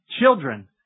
children